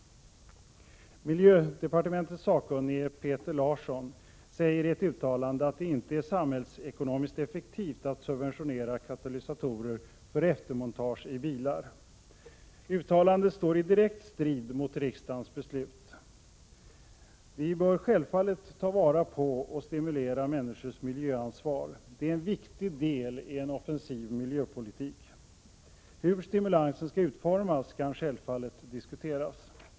Miljödepartementets sakkunnige Peter Larsson säger i ett uttalande att det inte är samhällsekonomiskt effektivt att subventionera katalysatorer för eftermontage i bilar. Uttalandet står i direkt strid mot riksdagens beslut. Vi bör självfallet ta vara på och stimulera människors miljöansvar. Det är en viktig del i en offensiv miljöpolitik. Hur stimulansen skall utformas kan självfallet diskuteras.